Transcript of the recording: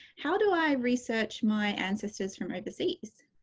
how do i research my ancestors from overseas?